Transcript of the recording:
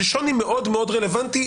זה שוני מאוד מאוד רלוונטי,